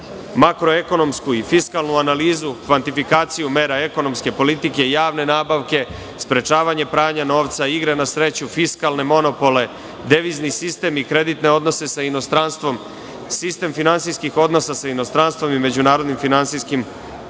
makroekonomsku i fiskalnu analizu, kvantifikaciju ekonomskih mera, politike, javne nabavke, sprečavanje pranja novca, igra na sreću, fiskalne monopole, devizni sistem i kreditne odnose sa inostranstvom, sistem finansijskih odnosa sa inostranstvom i međunarodnim finansijskim